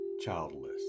childless